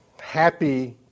happy